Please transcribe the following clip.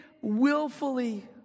willfully